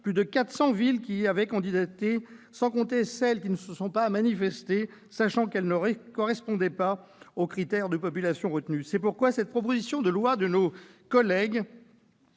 plus de 400 villes qui avaient candidaté, sans compter celles qui ne se sont pas manifestées, sachant qu'elles ne correspondaient pas aux critères de population retenus. C'est pourquoi cette proposition de loi de nos collègues